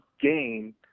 gain